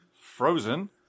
Frozen